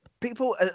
people